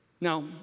Now